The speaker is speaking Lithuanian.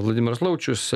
vladimiras laučius